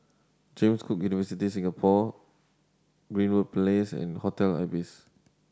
James Cook University Singapore Greenwood Place and Hotel Ibis